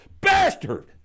bastard